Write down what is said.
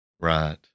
Right